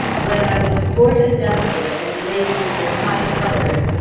when i will sport a duster emblazoned in high colors,